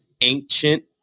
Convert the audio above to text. ancient